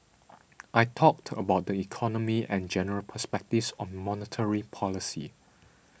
I talked about the economy and general perspectives on monetary policy